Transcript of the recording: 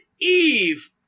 Eve